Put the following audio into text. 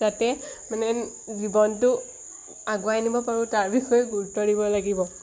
যাতে মানে জীৱনটো আগুৱাই নিব পাৰোঁ তাৰ বিষয়ে গুৰুত্ব দিব লাগিব